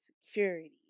security